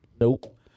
Nope